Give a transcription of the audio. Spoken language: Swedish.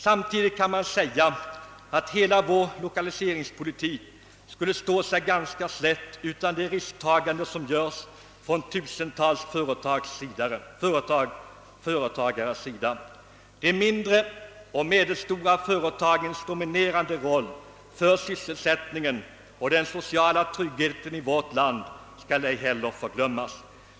Samtidigt kan man säga att hela vår lokaliseringspolitik skulle stå sig ganska slätt om icke tusentals företagare toge stora risker. De mindre och medelstora företagens dominerande roll för sysselsättningen, och den sociala tryggheten i vårt land skall ej heller förglömmas.